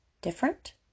different